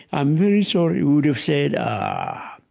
i am very sorry, we would've said, ah,